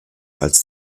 als